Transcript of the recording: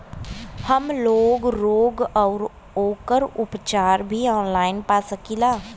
हमलोग रोग अउर ओकर उपचार भी ऑनलाइन पा सकीला?